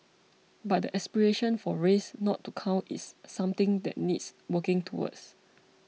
but the aspiration for race not to count is something that needs working towards